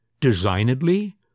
Designedly